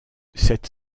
cette